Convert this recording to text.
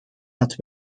had